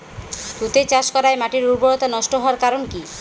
তুতে চাষ করাই মাটির উর্বরতা নষ্ট হওয়ার কারণ কি?